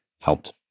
helped